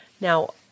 Now